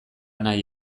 nahi